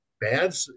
bad